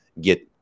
get